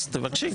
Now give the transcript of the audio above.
תבקשי.